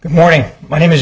morning my name is